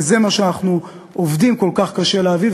וזה מה שאנחנו עובדים כל כך קשה להביא,